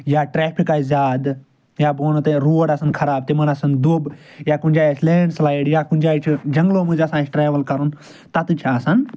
یا ٹرٛیفِک آسہِ زیادٕ یا بہٕ وَنو روڈ آسَن خراب تِمَن آسَن دۄب یا کُنہِ جاے آسہِ لینٛڈ سٕلایِڈ یا کُنہِ جاے چھُ جنٛگلو مٔنٛزۍ آسان اَسہِ ٹرٛاوٕل کرُن تتَن چھِ آسان